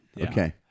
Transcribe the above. Okay